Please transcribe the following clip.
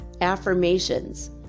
affirmations